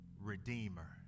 Redeemer